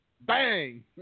Bang